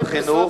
ומשרד החינוך,